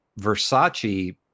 Versace